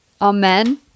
Amen